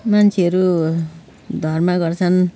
मान्छेहरू धर्म गर्छन्